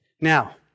Now